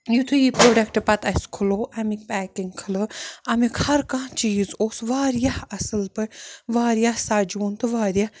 یُتھُے یہِ پروڈَکٹ پَتہٕ اَسہِ کھُلوو اَمِکۍ پیکِنٛگ کھُلٲو اَمیُک ہر کانٛہہ چیٖز اوس واریاہ اَصٕل پٲٹھۍ واریاہ سَجوُن تہٕ واریاہ